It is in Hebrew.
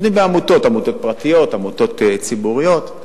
עובדים בעמותות פרטיות ועמותות ציבוריות.